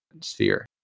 sphere